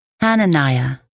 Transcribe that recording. Hananiah